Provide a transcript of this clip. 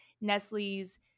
Nestle's